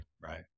Right